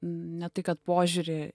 ne tai kad požiūrį